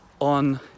on